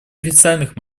официальных